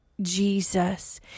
Jesus